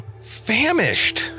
famished